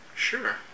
Sure